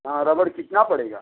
हाँ रबड़ कितना पड़ेगा